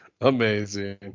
Amazing